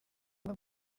buba